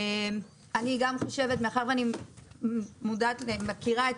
אני גם חושבת מאחר ואני מודעת ומכירה את